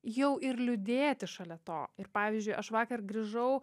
jau ir liūdėti šalia to ir pavyzdžiui aš vakar grįžau